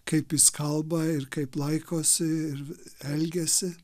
kaip jis kalba ir kaip laikosi ir elgiasi